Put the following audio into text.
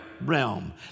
realm